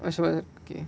okay